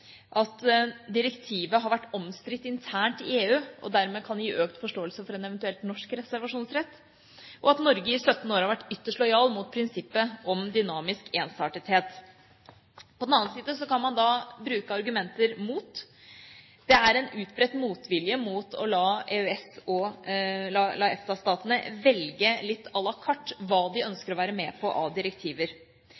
at direktivet har vært omstridt internt i EU og dermed kan gi økt forståelse for en eventuell norsk reservasjonsrett, og at Norge i 17 år har vært ytterst lojal mot prinsippet om dynamisk ensartethet. På den annen side kan man bruke argumenter mot. Det er en utbredt motvilje mot å la EFTA-statene velge litt à la